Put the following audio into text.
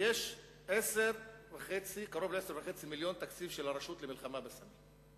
יש קרוב ל-10.5 מיליוני שקלים תקציב של הרשות למלחמה בסמים.